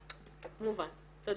תודה.